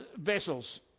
vessels